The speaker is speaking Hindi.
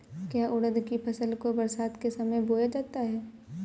क्या उड़द की फसल को बरसात के समय बोया जाता है?